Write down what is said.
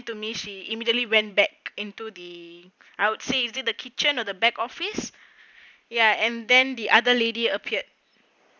to me she immediately went back into the I would say it is the kitchen or the back office ya and then the other lady appeared